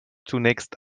zunächst